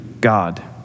God